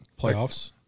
playoffs